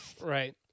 Right